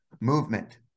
Movement